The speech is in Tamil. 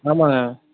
ஆமாம்ங்க